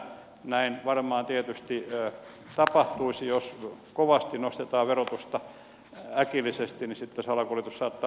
näin varmaan tietysti tapahtuisi jos kovasti nostetaan verotusta äkillisesti sitten salakuljetus saattaa lisääntyä